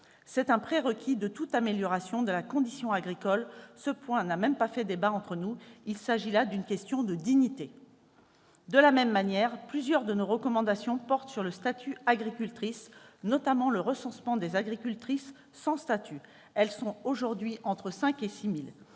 c'est un prérequis de toute amélioration de la condition agricole. Ce point n'a même pas fait débat entre nous ; il s'agit là d'une question de dignité. De la même manière, plusieurs de nos recommandations portent sur le statut des agricultrices, notamment sur le recensement des agricultrices sans statut- elles sont aujourd'hui entre 5 000 et 6 000